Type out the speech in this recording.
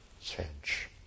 change